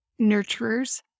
nurturers